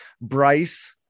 Bryce